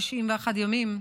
91 ימים,